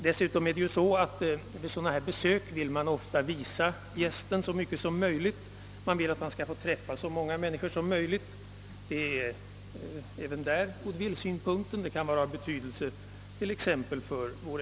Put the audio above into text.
Dessutom vill man ofta vid sådana besök visa gästen så mycket som möjligt och dessutom låta honom träffa så många människor som möjligt. Även därvidlag kommer goodwill-synpunkten in. Detta kan vara av betydelse för t.ex. vår export.